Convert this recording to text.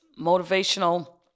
motivational